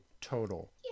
total